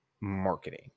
Marketing